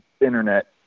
internet